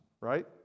right